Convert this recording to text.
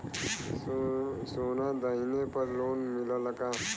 सोना दहिले पर लोन मिलल का?